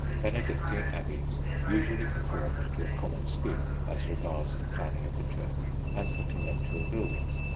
benedictine abbeys usually conformed to a common scheme as regards the planning of the church and the conventual buildings.